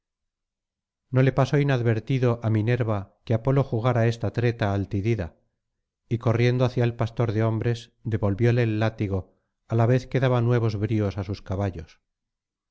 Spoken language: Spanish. no le pasó inadvertido á minerva que apolo jugara esta treta al tidida y corriendo hacia el pastor de hombres devolvióle el látigo á la vez que daba nuevos bríos á sus caballos